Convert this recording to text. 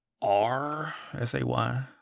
R-S-A-Y